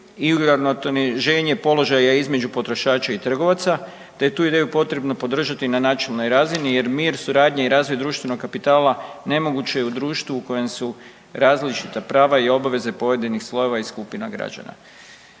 i uravnoteženje položaja između potrošača i trgovaca te je tu ideju potrebno podržati na načelnoj razini jer mir, suradnja i razvoj društvenog kapitala nemoguće je u društvu u kojem su različita prava i obaveze pojedinih slojeva i skupina građana.